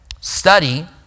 study